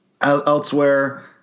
elsewhere